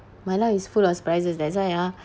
my life is full of surprises that's why ah